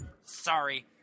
Sorry